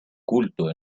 culto